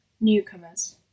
Newcomers